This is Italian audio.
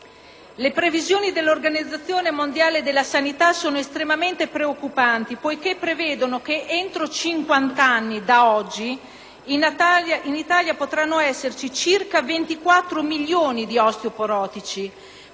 Le previsioni dell'Organizzazione mondiale della sanità sono molto preoccupanti poiché ci dicono che, entro cinquant'anni, in Italia potranno esserci circa 24 milioni di osteoporotici,